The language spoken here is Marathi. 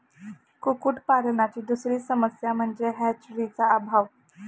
कुक्कुटपालनाची दुसरी समस्या म्हणजे हॅचरीचा अभाव